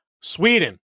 Sweden